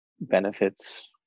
benefits